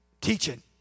teaching